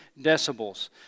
decibels